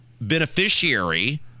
beneficiary